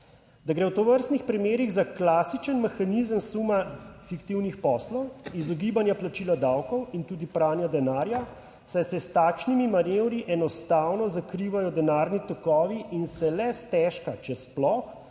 Da gre v tovrstnih primerih za klasičen mehanizem suma fiktivnih poslov, izogibanja plačila davkov in tudi pranja denarja, saj se s takšnimi manevri enostavno zakrivajo denarni tokovi in se le stežka, če sploh,